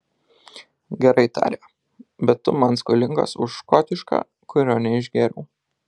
gerai tarė bet tu man skolingas už škotišką kurio neišgėriau